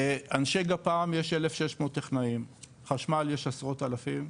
אנשי גפ"מ יש 1600 טכנאים חשמל יש עשרות אלפים,